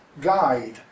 guide